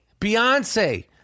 Beyonce